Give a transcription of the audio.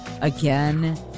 again